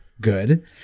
good